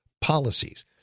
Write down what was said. policies